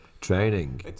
training